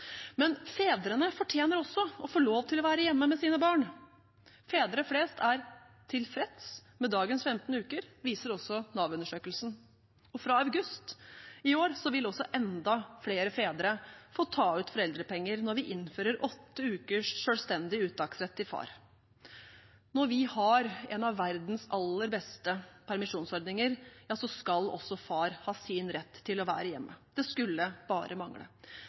Men fedrene fortjener også å få lov til å være hjemme med sine barn. Fedre flest er tilfreds med dagens 15 uker. Det viser også Nav-undersøkelsen. Fra august i år vil også enda flere fedre får ta ut foreldrepenger når vi innfører åtte ukers selvstendig uttaksrett til far. Når vi har en av verdens aller beste permisjonsordninger, skal også far ha sin rett til å være hjemme. Det skulle bare mangle.